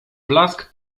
blask